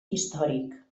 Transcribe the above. històric